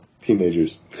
teenagers